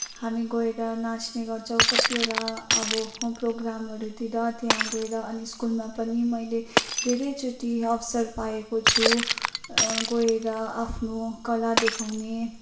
हामी गएर नाच्ने गर्छौँ कतिवटा अब प्रोग्रामहरूतिर त्यहाँ गएर अनि स्कुलमा पनि मैले धेरैचोटि अवसर पाएको छु गएर आफ्नो कला देखाउने